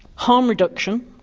harm reduction,